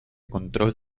control